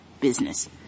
business